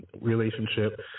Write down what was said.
relationship